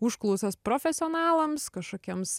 užklausas profesionalams kažkokiems